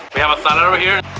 we have a star over here